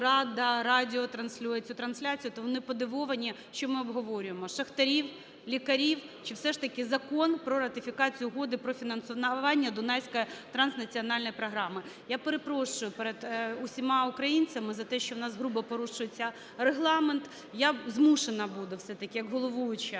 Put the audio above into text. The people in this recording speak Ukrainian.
"Рада", радіо транслюється, трансляція, то вони подивовані, що ми обговорюємо, – шахтарів, лікарів чи все ж таки Закон про ратифікацію Угоди про фінансування Дунайської транснаціональної програми. Я перепрошую перед усіма українцями за те, що в нас грубо порушується Регламент. Я змушена буду все-таки як головуюча